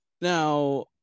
Now